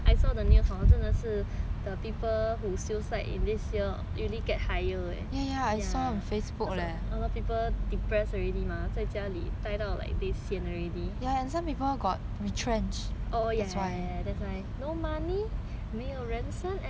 people who suicide in this year usually get higher leh a lot of people depress already mah 在家里呆到 they sian already like ya oh ya ya ya that's why no money 没有人生 everything what can you do at home aha